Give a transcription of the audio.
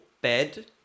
bed